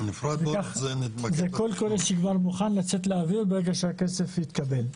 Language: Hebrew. זה קול קורא שכבר מוכן לצאת לאוויר ברגע שהכסף יתקבל.